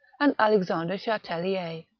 and alexandre chatellier.